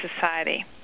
Society